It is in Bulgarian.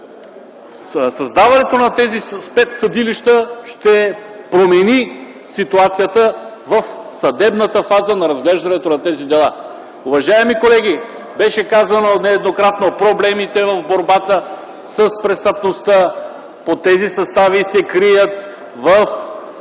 създаването на тези спец-съдилища ще промени ситуацията в съдебната фаза на разглеждането на тези дела? Уважаеми колеги, беше казано нееднократно: проблемите при борбата с престъпността по тези състави се крият в